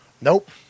nope